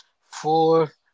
four